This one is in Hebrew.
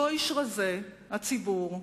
אותו איש רזה, הציבור,